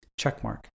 Checkmark